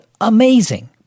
amazing